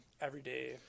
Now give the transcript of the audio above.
everyday